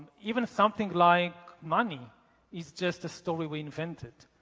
even something like money is just a story we invented.